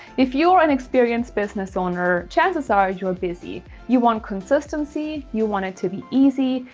if you're an experienced business owner, chances ah are, you are busy. you want consistency. you want it to be easy.